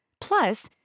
Plus